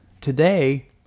today